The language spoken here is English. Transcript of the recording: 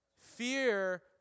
Fear